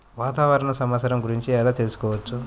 వాతావరణ సమాచారము గురించి ఎలా తెలుకుసుకోవచ్చు?